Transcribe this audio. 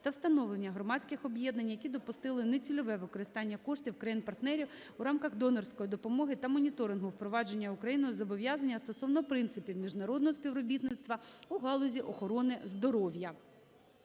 та встановлення громадських об`єднань, які допустили нецільове використання коштів країн-партнерів у рамках донорської допомоги та моніторингу впровадження Україною зобов'язання стосовно принципів міжнародного співробітництва у галузі охорони здоров'я.